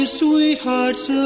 sweethearts